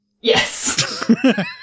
Yes